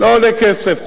לא עולה כסף.